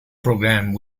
programme